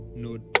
nud,